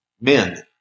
men